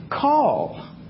call